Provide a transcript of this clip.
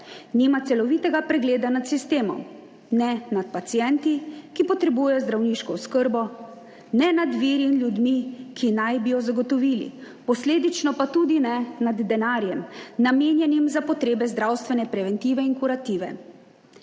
nima celovitega pregleda nad sistemom, ne nad pacienti, ki potrebujejo zdravniško oskrbo, ne nad viri in ljudmi, ki naj bi jo zagotovili, posledično pa tudi ne nad denarjem, namenjenim za potrebe zdravstvene preventive in kurative.